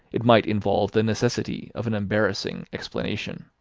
it might involve the necessity of an embarrassing explanation.